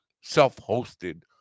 self-hosted